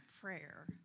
prayer